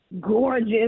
gorgeous